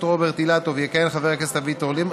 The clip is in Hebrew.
רוברט אילטוב יכהן חבר הכנסת אביגדור ליברמן,